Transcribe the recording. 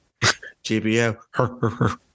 GBO